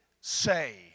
say